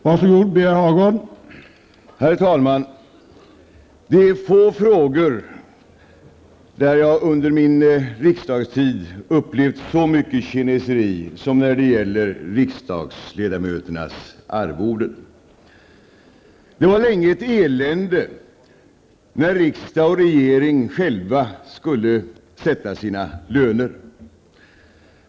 Herr talman! Det är få frågor där jag under min riksdagstid upplevt så mycket kineseri som när det gäller riksdagsledamöternas arvoden. Det var länge ett elände när riksdag och regering själva skulle sätta sina löner.